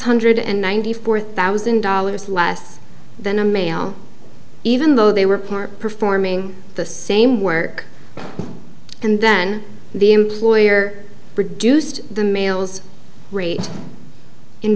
hundred ninety four thousand dollars less than a male even though they were part performing the same work and then the employer reduced the males rate in